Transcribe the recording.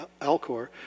Alcor